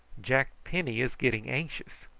jack penny is getting anxious.